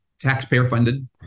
taxpayer-funded